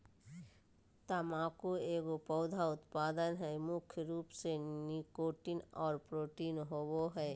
तम्बाकू एगो पौधा उत्पाद हइ मुख्य रूप से निकोटीन और प्रोटीन होबो हइ